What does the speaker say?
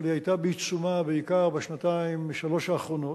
אבל היא היתה בעיצומה בעיקר בשנתיים-שלוש האחרונות,